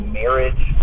marriage